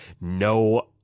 no